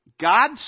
God